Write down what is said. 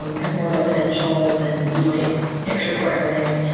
um kind of more residential than you might picture for l a.